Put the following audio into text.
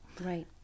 Right